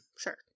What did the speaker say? Sure